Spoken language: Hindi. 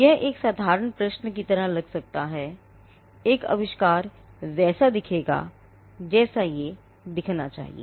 यह एक साधारण प्रश्न की तरह लग सकता है एक आविष्कार वैसा दिखेगा जैसा ये दिखना चाहिए